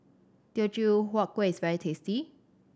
Teochew Huat Kuih is very tasty